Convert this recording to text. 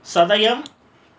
சதயம்:sathayam